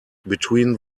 between